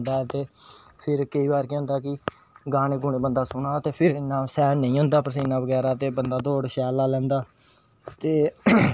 इन्नी बड़ा तरें दियां पेंटिंगां स्कूल गै सिक्खियां अच्चा स्कूल च जिसलै पेंटिंग बनानी मैडम ने इक शेप देनी बनाने आस्तै कि एह् अकार बनाओ तुस